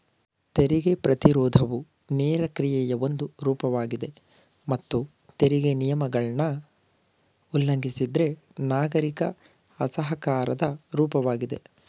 ತೆರಿಗೆ ಪ್ರತಿರೋಧವು ನೇರ ಕ್ರಿಯೆಯ ಒಂದು ರೂಪವಾಗಿದೆ ಮತ್ತು ತೆರಿಗೆ ನಿಯಮಗಳನ್ನ ಉಲ್ಲಂಘಿಸಿದ್ರೆ ನಾಗರಿಕ ಅಸಹಕಾರದ ರೂಪವಾಗಿದೆ